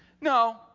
No